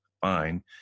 fine